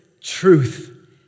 truth